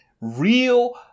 real